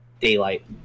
daylight